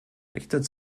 richtet